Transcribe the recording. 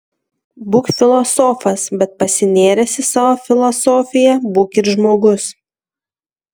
būk filosofas bet pasinėręs į savo filosofiją būk ir žmogus